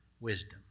wisdom